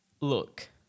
Look